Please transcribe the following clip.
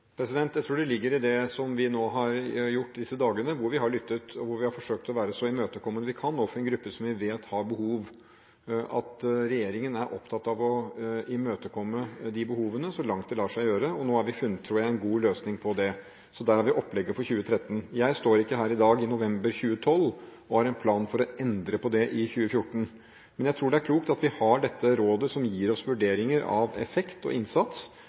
vi kan overfor en gruppe som vi vet har behov – at regjeringen er opptatt av å imøtekomme de behovene, så langt det lar seg gjøre, og nå har vi funnet en god løsning på det, tror jeg. Så der har vi opplegget for 2013. Jeg står ikke her i dag – i november 2012 – og har en plan for å endre på det i 2014. Men jeg tror det klokt at vi har dette rådet som gir oss vurderinger av effekt og innsats,